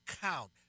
count